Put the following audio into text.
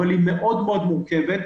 אבל היא מאוד מורכבת.